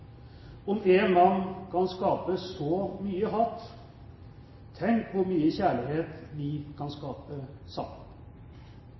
Om én mann kan skape så mye hat, tenk hvor mye kjærlighet vi kan